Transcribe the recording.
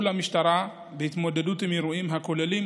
למשטרה בהתמודדות עם אירועים הכוללים